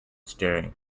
staring